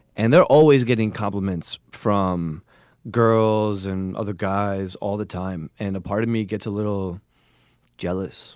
and they're always getting compliments from girls and other guys all the time. and a part of me gets a little jealous